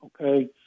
okay